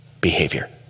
behavior